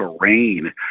terrain